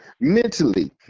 mentally